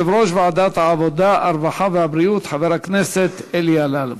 תודה ליושב-ראש הוועדה חבר הכנסת אלי אלאלוף.